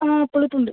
ആ ത്തുണ്ട്